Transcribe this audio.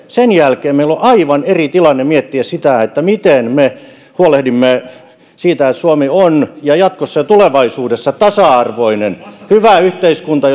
sen jälkeen meillä on aivan eri tilanne miettiä sitä miten me huolehdimme siitä että suomi on myös jatkossa ja tulevaisuudessa tasa arvoinen hyvä yhteiskunta